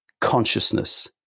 consciousness